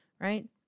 right